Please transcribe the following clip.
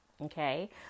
okay